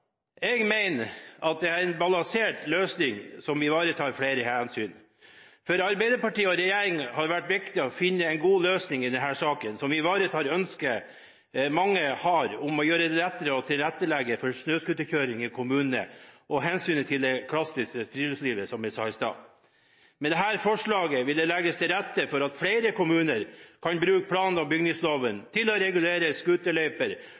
Jeg mener at dette er en balansert løsning som ivaretar flere hensyn. For Arbeiderpartiet og regjeringen har det vært viktig å finne en god løsning i denne saken som ivaretar ønsket mange har om å gjøre det lettere å tilrettelegge for snøscooterkjøring i kommunene og hensynet til det klassiske friluftslivet, som jeg sa i stad. Med dette forslaget vil det legges til rette for at flere kommuner kan bruke plan- og bygningsloven til å regulere scooterløyper,